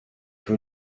für